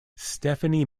stephanie